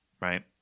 Right